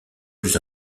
plus